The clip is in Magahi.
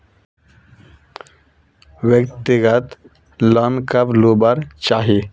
व्यक्तिगत लोन कब लुबार चही?